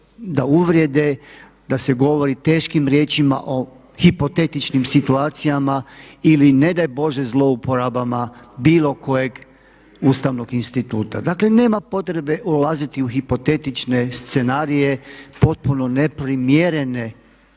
da uvrede, da se govori teškim riječima o hipotetičnim situacijama ili ne daj Bože zlouporabama bilo kojeg ustavnog instituta. Dakle nema potrebe ulaziti u hipotetične scenarije potpuno neprimjerene